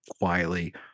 quietly